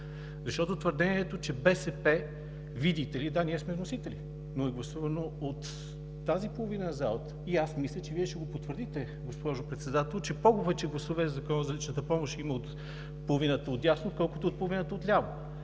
Защото твърдението, че БСП, видите ли – да, ние сме вносители, но не гласуваме от тази половина на залата. И аз мисля, че Вие ще го потвърдите, госпожо Председател, че повече гласове за Закона за личната помощ има от половината отдясно, отколкото от половината отляво.